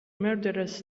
murderous